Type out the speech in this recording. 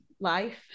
life